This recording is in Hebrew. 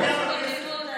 ובסוף אתה פוגע בכנסת.